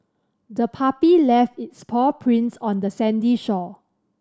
the puppy left its paw prints on the sandy shore